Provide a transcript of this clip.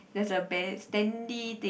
there's a bear standing thing